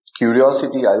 curiosity